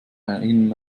eigenem